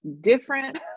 different